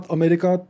America